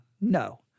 No